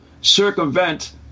circumvent